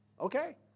okay